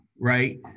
right